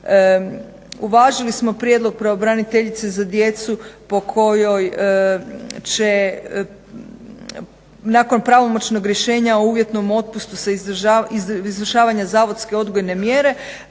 Uvažili smo prijedlog pravobraniteljice za djecu po kojoj će nakon pravomoćnog rješenja o uvjetnom otpustu sa izvršavanja zavodske odgojne mjere